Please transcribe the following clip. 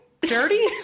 dirty